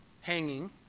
hanging